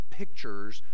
pictures